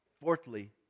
Fourthly